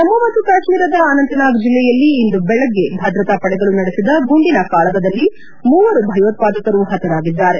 ಜಮ್ಮು ಮತ್ತು ಕಾತ್ಮೀರದ ಅನಂತ್ನಾಗ್ ಜಿಲ್ಲೆಯಲ್ಲಿ ಇಂದು ಬೇಗ್ಗೆ ಭದ್ರತಾ ಪಡೆಗಳು ನಡೆಬದ ಗುಂಡಿನ ಕಾಳಗದಲ್ಲಿ ಮೂವರು ಭಯೋತ್ನಾದಕರು ಪತರಾಗಿದ್ದಾರೆ